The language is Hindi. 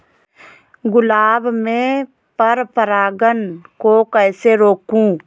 गुलाब में पर परागन को कैसे रोकुं?